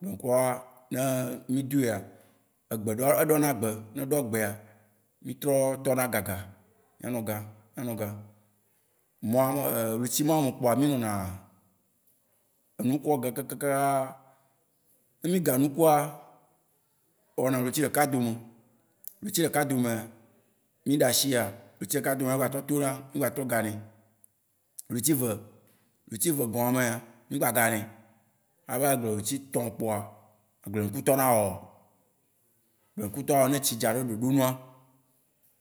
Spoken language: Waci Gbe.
Nukua, ne mí duia, egbe ɖɔ-eɖɔ na gbe. Ne eɖɔ gbea, mí trɔ tɔna egaga. Mía nɔ ega, anɔ ega. Mois e ɣleti ma me kpoa mí nɔna nukua ga kaka, ne mí ga nukua, ewɔ na ɣleti ɖeka dome. Ɣleti ɖeka domea, ne mí ɖa shia, ɣleti ɖeka domea egba trɔ to na. Mí gba trɔ ga nɛ. Ɣleti ve. yleti vegɔa mea, mi gba ga nɛ. Wóa be agble ɣleti tɔ kpoa, agble nuku tɔna wɔwɔ. Agble nuku tɔna wɔwɔ ne etsi dza ɖe ɖoɖo nua.